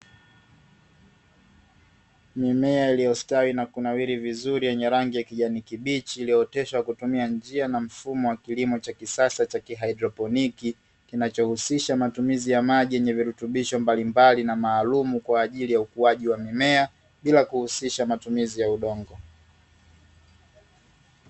Mimea iliyostawi na kunawiri vizuri yenye rangi ya kijani kibichi iliyooteshwa kwa kutumia njia na mfumo wa kilimo cha kisasa cha kihaidroponiki, kinachohusisha matumizi ya maji yenye virutubisho mbalimbali na maalumu kwaajili ya ukuwaji wa mimea bila kuhusisha matumizi ya udongo.